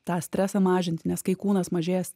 tą stresą mažinti nes kai kūnas mažės